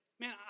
man